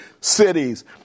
cities